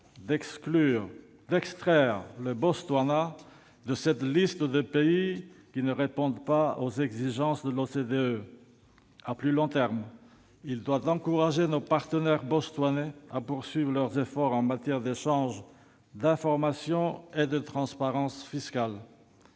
directe d'extraire le Botswana de la liste des pays qui ne répondent pas aux exigences de l'OCDE. À plus long terme, il doit encourager nos partenaires botswanais à poursuivre leurs efforts en matière d'échange d'informations et de transparence fiscale.